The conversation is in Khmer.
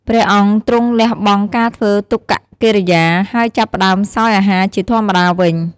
ព្រះអង្គទ្រង់លះបង់ការធ្វើទុក្ករកិរិយា ហើយចាប់ផ្តើមសោយអាហារជាធម្មតាវិញ។